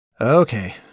Okay